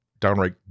downright